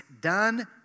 done